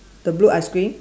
the blue ice cream